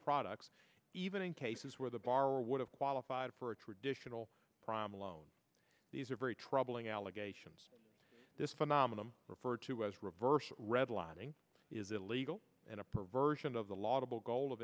products even in cases where the borrower would have qualified for a traditional prom loan these are very troubling allegations this phenomena referred to as reverse redlining is illegal and a perversion of the